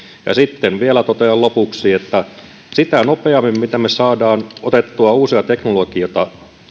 sitten totean vielä lopuksi että mitä nopeammin me saamme otettua uusia teknologioita